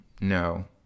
no